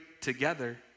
together